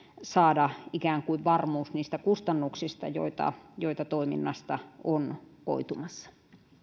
saada ikään kuin varmuus niistä kustannuksista joita joita toiminnasta on koitumassa